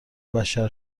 بشر